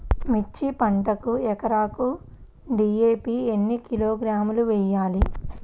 మిర్చి పంటకు ఎకరాకు డీ.ఏ.పీ ఎన్ని కిలోగ్రాములు వేయాలి?